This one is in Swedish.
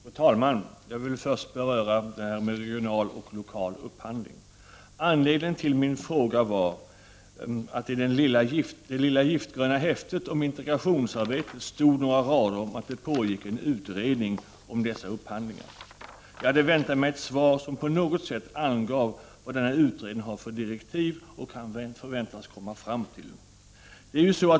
Fru talman! Jag vill först ta upp regional och lokal upphandling. Anledningen till min fråga var att det i det lilla giftgröna häftet om integrationsarbetet stod några rader om att det pågick en utredning om dessa upphandlingar. Jag hade väntat mig ett svar som på något sätt angav vad denna utredning har för direktiv och kan förväntas komma fram till.